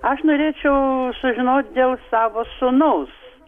aš norėčiau sužinot dėl savo sūnaus